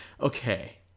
Okay